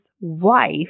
wife